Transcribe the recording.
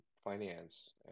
Finance